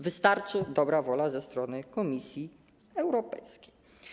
Wystarczy dobra wola ze strony Komisji Europejskiej.